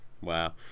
Wow